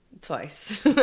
Twice